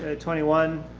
ah twenty one,